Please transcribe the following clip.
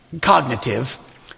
cognitive